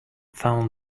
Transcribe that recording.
found